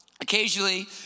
Occasionally